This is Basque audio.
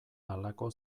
halako